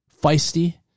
Feisty